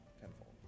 tenfold